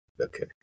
okay